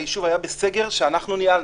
היישוב היה בסגר שאנחנו ניהלנו.